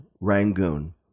Rangoon